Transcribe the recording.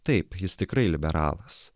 taip jis tikrai liberalas